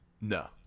No